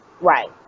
Right